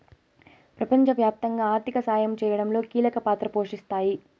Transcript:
ప్రపంచవ్యాప్తంగా ఆర్థిక సాయం చేయడంలో కీలక పాత్ర పోషిస్తాయి